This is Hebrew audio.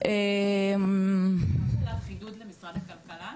אפשר חידוד למשרד הכלכלה?